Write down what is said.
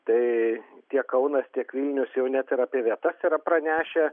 tai tiek kaunas tiek vilnius jau net ir apie vietas yra pranešę